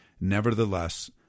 Nevertheless